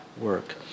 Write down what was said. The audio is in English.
work